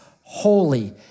holy